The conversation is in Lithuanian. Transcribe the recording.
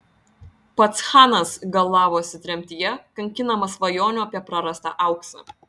pats chanas galavosi tremtyje kankinamas svajonių apie prarastą auksą